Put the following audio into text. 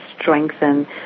strengthen